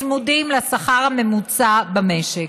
צמודים לשכר הממוצע במשק.